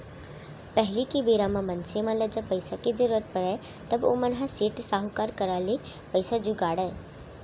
पहिली के बेरा म मनसे मन ल जब पइसा के जरुरत परय त ओमन ह सेठ, साहूकार करा ले पइसा जुगाड़य